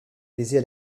baisers